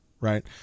Right